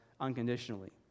unconditionally